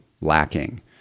lacking